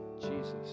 Jesus